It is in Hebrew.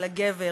של הגבר,